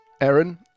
Aaron